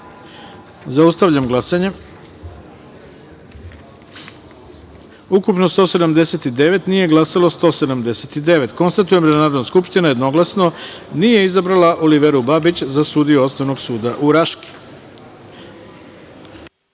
taster. Zaustavljam glasanje: ukupno – 179, nije glasalo – 179.Konstatujem da Narodna skupština jednoglasno nije izabrala Oliveru Babić za sudiju Osnovnog suda u Raški.12.